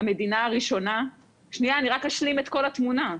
אני רק אשלים את כל התמונה.